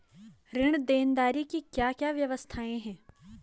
ऋण देनदारी की क्या क्या व्यवस्थाएँ हैं?